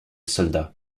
soldat